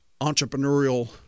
entrepreneurial